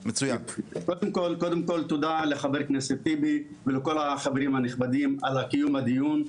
קודם כל תודה לחבר הכנסת אחמד טיבי ולכל החברים הנכבדים על קיום הדיון,